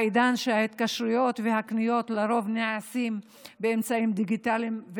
בעידן שההתקשרויות והקניות לרוב נעשות באמצעים דיגיטליים,